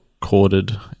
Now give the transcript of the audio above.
corded